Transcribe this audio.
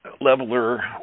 leveler